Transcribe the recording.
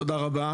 תודה רבה,